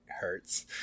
hurts